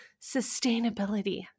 sustainability